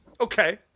Okay